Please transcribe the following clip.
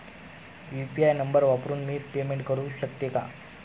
UPI number वापरून मी payment करू शकते का?